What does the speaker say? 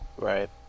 Right